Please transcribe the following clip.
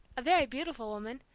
a very beautiful woman,